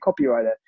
copywriter